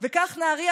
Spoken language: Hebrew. וכך נהריה,